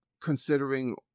considering